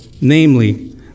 Namely